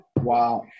Wow